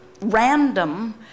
random